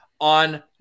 on